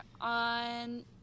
on